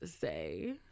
say